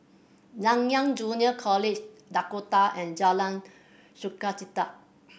Nanyang Junior College Dakota and Jalan Sukachita